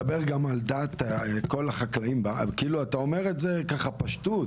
אתה כאילו אומר את זה בפשטות.